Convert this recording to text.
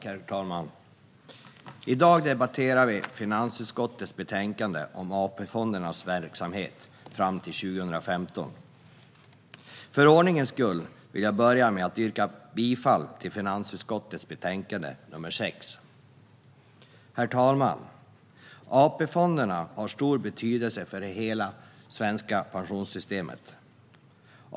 Herr talman! I dag debatterar vi finansutskottets betänkande om AP-fondernas verksamhet fram till 2015. För ordningens skull vill jag börja med att yrka bifall till förslaget i finansutskottets betänkande nr 6. Herr talman! AP-fonderna har stor betydelse för hela det svenska pensionssystemet.